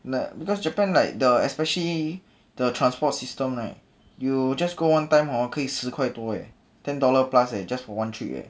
no because japan like the especially the transport system right you just go one time hor 可以十块多 leh ten dollar plus leh just for one trip eh